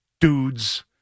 dudes